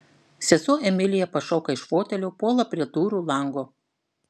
sesuo emilija pašoka iš fotelio puola prie durų lango